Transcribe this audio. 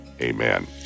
Amen